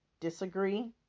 Disagree